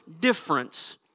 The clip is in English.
difference